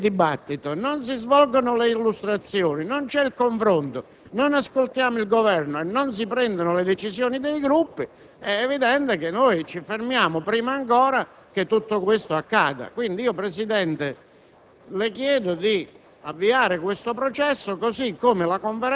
accada. Facciamo un processo alle intenzioni. Se non parte il dibattito, non si svolgono le illustrazioni, non c'è il confronto, non ascoltiamo il Governo e non si prendono le decisioni da parte dei Gruppi, è evidente che ci fermiamo prima ancora che tutto questo accada. Quindi, Presidente,